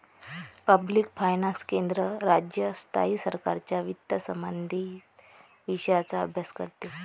public finance केंद्र, राज्य, स्थायी सरकारांच्या वित्तसंबंधित विषयांचा अभ्यास करते